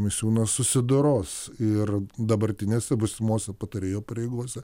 misiūnas susidoros ir dabartinėse būsimose patarėjo pareigose